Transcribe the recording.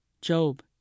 Job